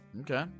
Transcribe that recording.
okay